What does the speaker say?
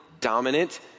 dominant